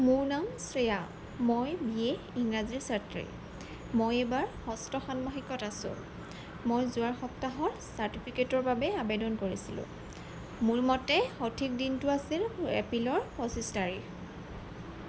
মোৰ নাম শ্ৰেয়া মই বি এ ইংৰাজীৰ ছাত্ৰী মই এইবাৰ ষষ্ঠ ষাণ্মাসিকত আছোঁ মই যোৱা সপ্তাহত চাৰ্টিফিকেটৰ বাবে আৱেদন কৰিছিলোঁ মোৰ মতে সঠিক দিনটো আছিল এপ্ৰিলৰ পঁচিছ তাৰিখ